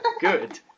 good